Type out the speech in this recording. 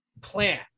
plan